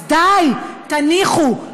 אז די, תניחו.